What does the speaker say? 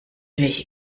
welche